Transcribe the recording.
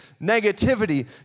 negativity